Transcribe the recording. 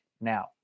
now